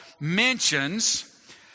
mentions